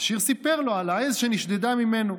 העשיר סיפר לו על העז שנשדדה ממנו.